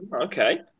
Okay